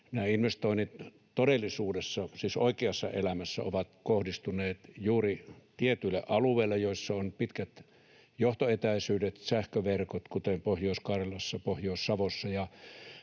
investoinnit todellisuudessa, siis oikeassa elämässä, ovat kohdistuneet juuri tietyille alueille, joissa on pitkät johtoetäisyydet, sähköverkot, kuten Pohjois-Karjalassa, Pohjois-Savossa